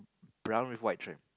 brown with white trim